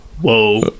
whoa